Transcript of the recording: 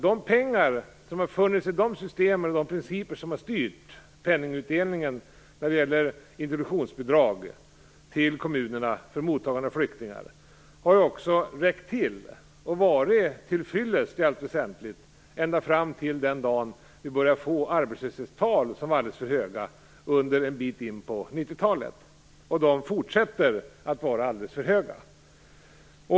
De pengar som har funnits i de systemen och de principer som har styrt penningutdelningen när det gäller introduktionsbidrag till kommunerna för mottagande av flyktingar har också i allt väsentligt räckt till och varit till fyllest, ända fram till den dag vi började få arbetslöshetstal som var alldeles för höga en bit in på 90-talet. De fortsätter att vara alldeles för höga.